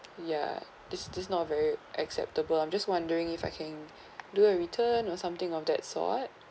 ya this this not very acceptable I'm just wondering if I can do a return or something of that sort